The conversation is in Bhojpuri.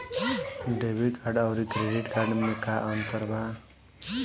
डेबिट कार्ड आउर क्रेडिट कार्ड मे का अंतर बा?